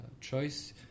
choice